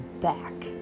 back